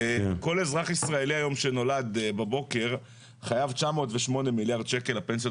כל אזרח ישראלי היום שנולד בבוקר חייב 908 מיליארד שקל לפנסיות